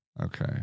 Okay